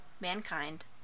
Mankind